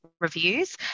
reviews